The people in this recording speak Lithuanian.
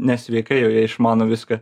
nesveikai jau jie išmano viską